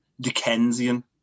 Dickensian